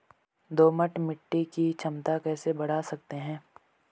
दोमट मिट्टी की क्षमता कैसे बड़ा सकते हैं?